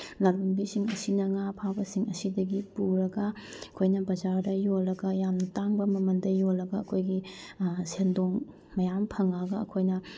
ꯂꯂꯣꯟꯕꯤꯁꯤꯡ ꯑꯁꯤꯅ ꯉꯥ ꯐꯥꯕꯁꯤꯡ ꯑꯁꯤꯗꯒꯤ ꯄꯨꯔꯒ ꯑꯩꯈꯣꯏꯅ ꯕꯖꯥꯔꯗ ꯌꯣꯜꯂꯒ ꯌꯥꯝꯅ ꯇꯥꯡꯕ ꯃꯃꯜꯗ ꯌꯣꯜꯂꯒ ꯑꯩꯈꯣꯏꯒꯤ ꯁꯦꯟꯗꯣꯡ ꯃꯌꯥꯝ ꯐꯪꯉꯒ ꯑꯩꯈꯣꯏꯅ